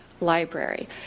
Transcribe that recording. library